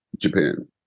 Japan